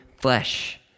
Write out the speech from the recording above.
flesh